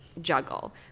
juggle